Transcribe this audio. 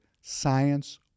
science